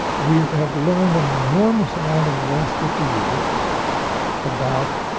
we have learned an enormous amount in the last fifty years about